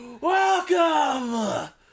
welcome